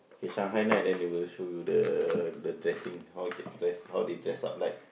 Shanghai Knight and they will show you the dressing how they dress up like